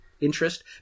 interest